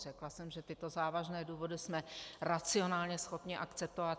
Řekla jsem, že tyto závažné důvody jsme racionálně schopni akceptovat.